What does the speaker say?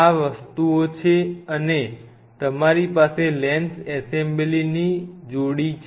આ વસ્તુઓ છે અને તમારી પાસે લેન્સ એસેમ્બલીની જોડી છે